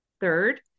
Third